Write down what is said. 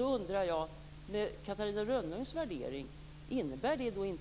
Innebär inte det, med Catarina Rönnungs värdering,